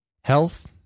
health